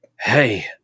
Hey